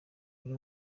buri